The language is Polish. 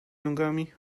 nogami